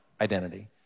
identity